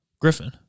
Griffin